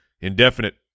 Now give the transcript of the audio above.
Indefinite